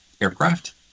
aircraft